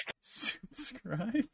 Subscribe